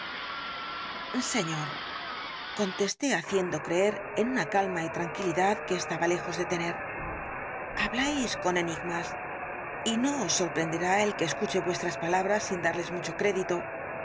satanás señor contesté haciendo creer en una calma y tranquilidad que estaba lejos de tener habláis con enigmas y no os sorkelacióx del dr lanyójst prenderá el que escuche vuestras palabras sin darles mucho crédito